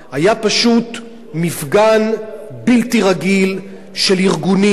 היה פשוט מפגן בלתי רגיל של ארגונים,